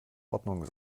ordnung